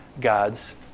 God's